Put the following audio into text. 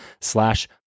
slash